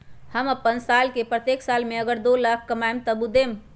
हम अपन साल के प्रत्येक साल मे अगर एक, दो लाख न कमाये तवु देम?